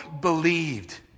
believed